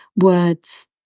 words